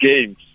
games